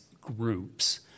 groups